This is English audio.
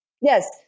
yes